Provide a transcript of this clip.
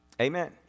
Amen